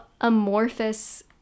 amorphous